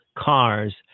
Cars